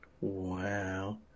Wow